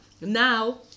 now